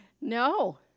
No